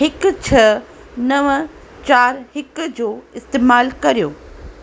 हिकु छह नव चार हिकु जो इस्तेमालु करियो